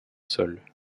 sol